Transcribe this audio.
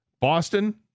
Boston